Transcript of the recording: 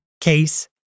case